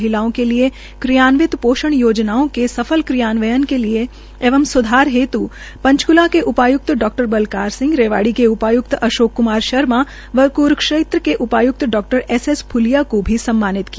महिलाओं के लिये क्रियान्वित पोषण योजनाओं के सफल क्रियान्वियन के लिये एंव स्धार हेत् पंचकूला के उपाय्क्त डा बल्कार सिंह रेवाड़ी के उपाय्क्त अशोक कुमार शर्मा व कुरूक्षेत्र के उपाय्क्त डा एस एस फूलिया को भी सम्मानित किया